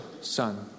son